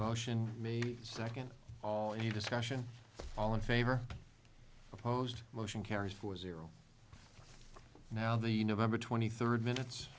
caution may second all you discussion all in favor opposed motion carries four zero now the november twenty third minutes